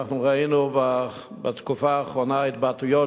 אנחנו ראינו בתקופה האחרונה התבטאויות